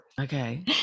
Okay